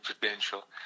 potential